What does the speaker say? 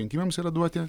rinkimams yra duoti